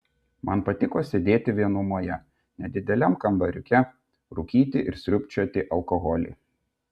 man patiko sėdėti vienumoje nedideliam kambariuke rūkyti ir sriubčioti alkoholį